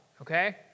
okay